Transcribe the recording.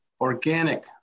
organic